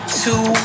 two